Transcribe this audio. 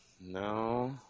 No